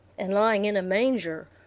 and lying in a manger.